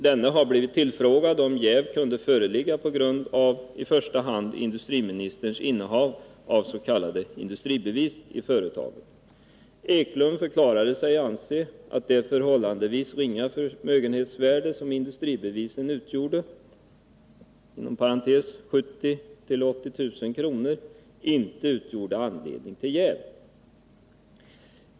Denne har blivit tillfrågad om jäv kunde föreligga på grund av i första hand industriministerns innehav av s.k. industribevis i företagen. Claes Eklundh förklarade sig anse att det förhållandevis ringa förmögenhetsvärde som industribevisen representerade — 70 000-80 000 kr. — inte utgjorde anledning till jäv.